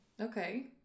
Okay